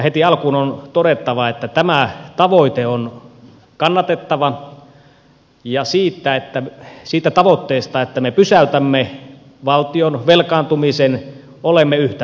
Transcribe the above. heti alkuun on todettava että tämä tavoite on kannatettava ja siitä tavoitteesta että me pysäytämme valtion velkaantumisen olemme yhtä mieltä